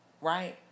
right